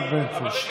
יותר ומקצועיים פחות,